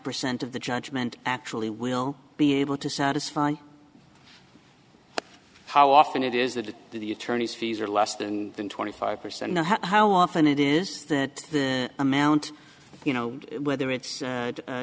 percent of the judgement actually will be able to satisfy how often it is that the attorneys fees are less than twenty five percent know how often it is that the amount you know whether it's